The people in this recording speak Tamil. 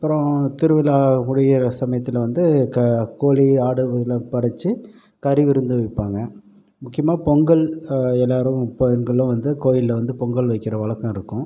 அப்புறம் திருவிழா முடிகிற சமயத்தில் வந்து க கோழி ஆடு இதெல்லாம் படைத்து கறிவிருந்து வைப்பாங்க முக்கியமாக பொங்கல் எல்லாேரும் பெண்களும் வந்து கோயிலில் வந்து பொங்கல் வைக்கிற வழக்கம் இருக்கும்